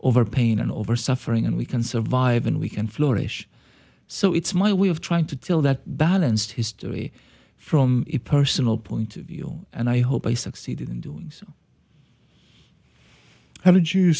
over pain and over suffering and we can survive and we can flourish so it's my way of trying to fill that balanced history from a personal point of view and i hope i succeeded in doing so how did you